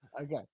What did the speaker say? okay